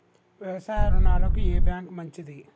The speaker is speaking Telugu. వ్యవసాయ రుణాలకు ఏ బ్యాంక్ మంచిది?